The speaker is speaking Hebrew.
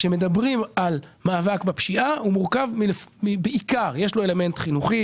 כשמדברים על מאבק בפשיעה יש גם את האלמנט החינוכי